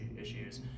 issues